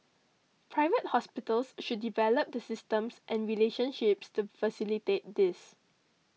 Private Hospitals should develop the systems and relationships to facilitate this